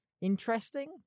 interesting